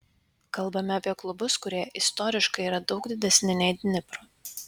kalbame apie klubus kurie istoriškai yra daug didesni nei dnipro